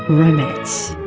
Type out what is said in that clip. romance.